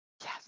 Yes